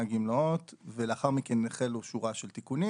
(גמלאות) ולאחר מכן החלו שורה של תיקונים.